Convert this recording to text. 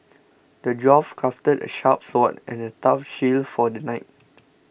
the dwarf crafted a sharp sword and a tough shield for the knight